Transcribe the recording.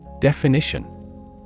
Definition